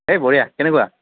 এই বঢ়িয়া কেনেকুৱা